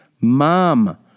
MOM